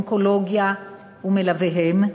במחלקות האונקולוגיה ומלוויהם,